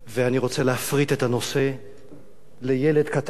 ואני רוצה להפריט את הנושא לילד קטן